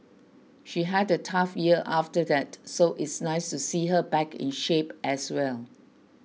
she had a tough year after that so it's nice to see her back in shape as well